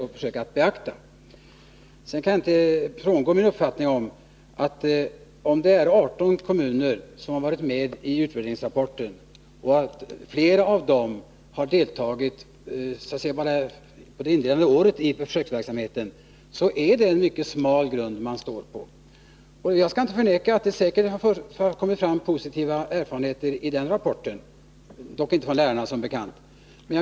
Jag frångår inte min uppfattning att det är en smal grund att stå på om ett flertal av de 18 kommuner som står bakom utvärderingsrapporten bara har deltagit i arbetet under det inledande året. Jag skall inte förneka att det säkert har kommit fram positiva erfarenheter i rapporten, dock inte från lärarna som bekant.